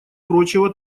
прочего